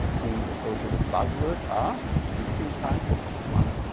the associated buzzwords are mixing time for problem one,